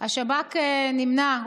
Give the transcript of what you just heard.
השב"כ נמנע,